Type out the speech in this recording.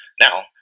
now